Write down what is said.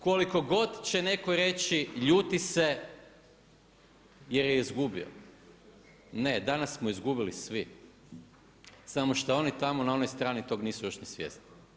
Koliko god će netko reći ljuti se, jer je izgubio, ne danas smo izgubili svi, samo što oni tamo na onoj strani tog nisu još ni svjesni.